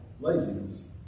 laziness